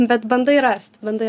bet bandai rast bandai